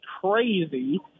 crazy